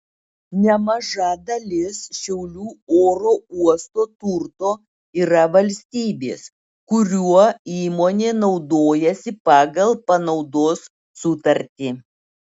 nemaža dalis šiaulių oro uosto turto yra valstybės kuriuo įmonė naudojasi pagal panaudos sutartį